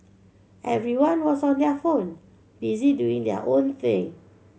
everyone was on their phone busy doing their own thing